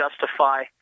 justify